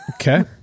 Okay